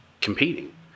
competing